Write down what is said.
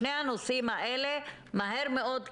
שני הנושאים האלה מהר מאוד,